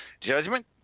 Judgment